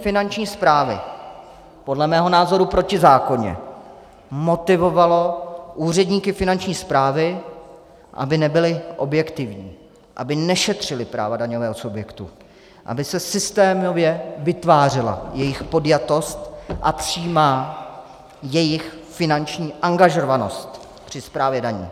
Finanční správy podle mého názoru protizákonně motivovalo úředníky Finanční správy, aby nebyli objektivní, aby nešetřili práva daňového subjektu, aby se systémově vytvářela jejich podjatost a jejich přímá finanční angažovanost při správě daní.